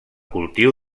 cultiu